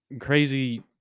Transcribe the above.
crazy